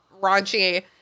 raunchy